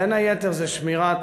בין היתר, זה שמירת